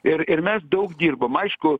ir ir mes daug dirbom aišku